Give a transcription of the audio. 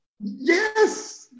Yes